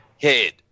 head